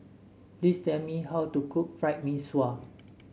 please tell me how to cook Fried Mee Sua